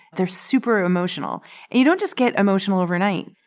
they're super emotional. and you don't just get emotional overnight.